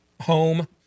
home